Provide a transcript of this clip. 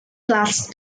plus